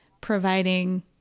providing